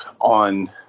on